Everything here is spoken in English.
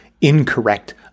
incorrect